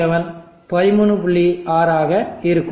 6 ஆக இருக்கும்